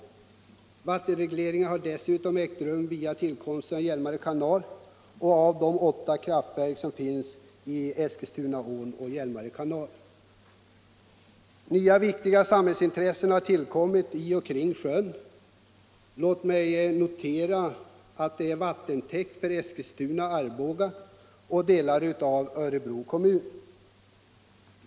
Vattenregleringar har dessutom ägt rum via tillkomsten av Hjälmare kanal och de åtta kraftverken som finns i Eskilstunaån och i Hjälmare kanal. Nva viktiga samhällsintressen har tullkommit i elter kring sjön. Låt mig notera att den är vattentäkten för Eskilstuna, Arboga och delar av Örebro.